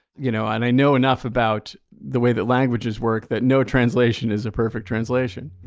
you know and i know enough about the way that languages work that no translation is a perfect translation